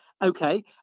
Okay